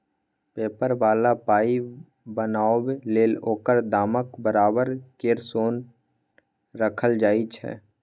paper बला पाइ बनाबै लेल ओकर दामक बराबर केर सोन राखल जाइ छै